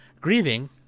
Grieving